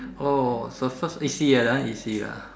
oh so first easy ah that one easy ah